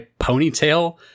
ponytail